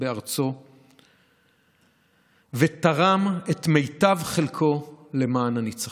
בארצו ותרם את מיטב חלקו למען הניצחון".